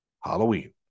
Halloween